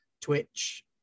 twitch